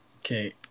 Okay